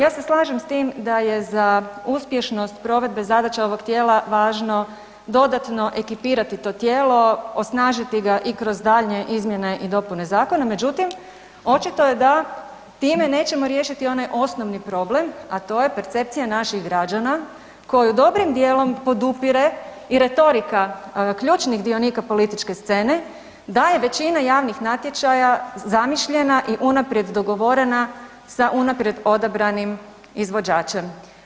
Ja se slažem s tim da je za uspješnost provedbe zadaća ovog tijela važno dodatno ekipirati to tijelo, osnažiti ga i kroz daljnje izmjene i dopune zakona, međutim očito je da time nećemo riješiti onaj osnovni problem, a to je percepcija naših građana koju dobrim dijelom podupire i retorika ključnih dionika političke scene da je većina javnih natječaja zamišljena i unaprijed dogovorena sa unaprijed odabranim izvođačem.